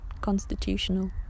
constitutional